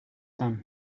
man